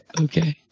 okay